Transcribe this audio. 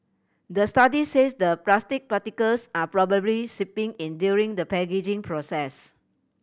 the study says the plastic particles are probably seeping in during the packaging process